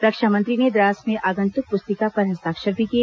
रक्षा मंत्री ने द्रास में आगंतुक पुस्तिका पर हस्ताक्षर भी किए